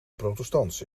protestants